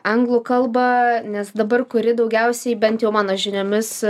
anglų kalbą nes dabar kuri daugiausiai bent jau mano žiniomis